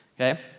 okay